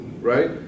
right